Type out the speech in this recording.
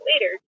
later